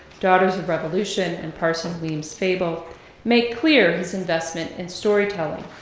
daughters of revolution, and parson weems' fable make clear his investment in storytelling.